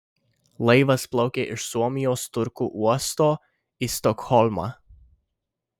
laivas plaukė iš suomijos turku uosto į stokholmą